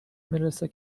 میرسه